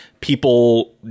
people